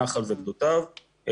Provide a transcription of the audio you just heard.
נחל וגדותיו,